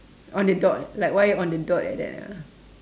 on the dot like why on the dot like that ah